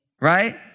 Right